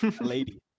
lady